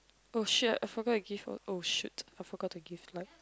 oh shit I forgot I give what oh shit I forgot to give life